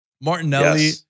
Martinelli